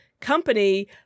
company